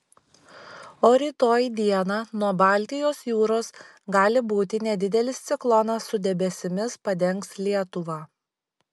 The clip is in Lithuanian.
o rytoj dieną nuo baltijos jūros gali būti nedidelis ciklonas su debesimis padengs lietuvą